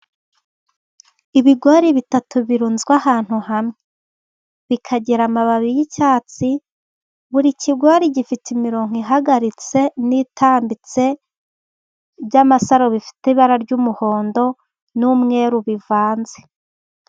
Ibigori bitatu birunzwe ahantu hamwe, bikagira amababi y'icyatsi, buri kigori gifite imirongo ihagaritse n'itambitse by'amasaro, bifite ibara ry'umuhondo n'umweru bivanze.